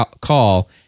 Call